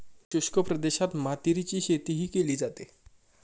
शुष्क प्रदेशात मातीरीची शेतीही केली जाते